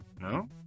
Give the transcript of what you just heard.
No